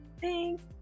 thanks